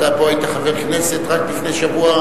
אתה היית פה חבר כנסת מן המניין רק לפני שבוע.